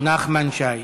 נחמן שי.